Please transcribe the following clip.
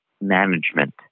management